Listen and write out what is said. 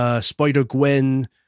Spider-Gwen